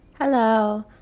Hello